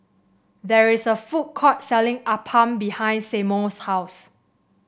there is a food court selling appam behind Seymour's house